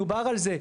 דובר על זה,